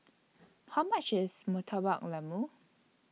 How much IS Murtabak Lembu